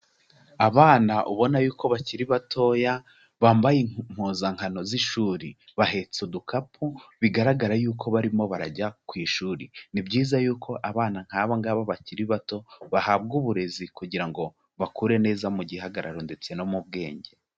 Abana ubona yuko bakiri batoya, bambaye impuzankano z'ishuri, bahetse udukapu bigaragara yuko barimo barajya ku ishuri, ni byiza yuko abana nkaba ngaba bakiri bato bahabwa uburezi kugira ngo bakure neza mu gihagararo ndetse no mu bwenge.